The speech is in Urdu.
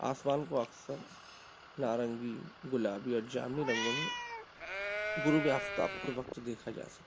آسمان کو اکثر نارنگی گلابی اور جامنی رنگوں میں غروب آفتاب کے وقت دیکھا جا سکتا ہے